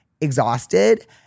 exhausted